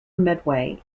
medway